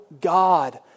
God